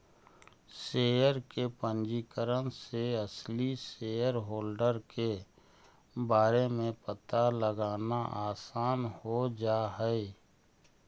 share के पंजीकरण से असली शेयरहोल्डर के बारे में पता लगाना आसान हो जा हई